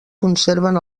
conserven